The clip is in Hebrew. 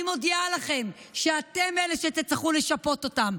אני מודיעה לכם שאתם אלה שתצטרכו לשַׁפּות אותם,